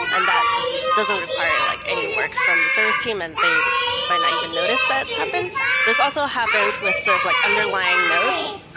and that doesn't require like any work from the service team and they might not even notice that's happened. this also happens with sort of like underlying nodes.